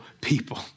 people